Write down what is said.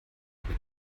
mit